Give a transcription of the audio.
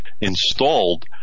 Installed